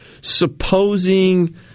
supposing